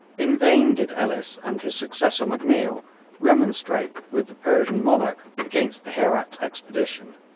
in vain did ellis and his successor m'neill remonstrate with the persian monarch against the herat expedition.